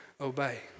obey